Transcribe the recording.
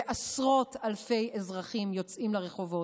ועשרות אלפי אזרחים יוצאים לרחובות.